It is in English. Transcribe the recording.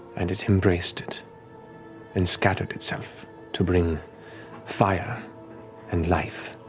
and it embraced it and scattered itself to bring fire and life.